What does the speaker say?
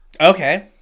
Okay